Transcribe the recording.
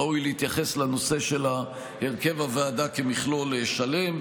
ראוי להתייחס לנושא של הרכב הוועדה כמכלול שלם.